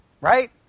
Right